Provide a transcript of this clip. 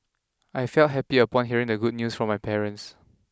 I felt happy upon hearing the good news from my parents